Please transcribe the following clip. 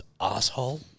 asshole